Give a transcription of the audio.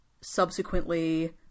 subsequently